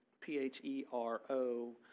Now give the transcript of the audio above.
P-H-E-R-O